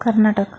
Karnataka